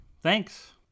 Thanks